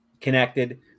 connected